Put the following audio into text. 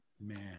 Man